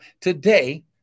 today